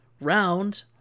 round